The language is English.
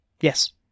Yes